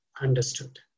understood